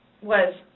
was-